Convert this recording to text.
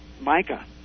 Micah